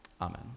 Amen